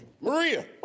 Maria